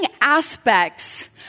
aspects